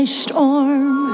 storm